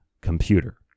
computer